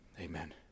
Amen